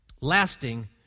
lasting